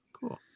Cool